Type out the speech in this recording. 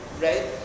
right